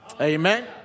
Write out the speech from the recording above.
Amen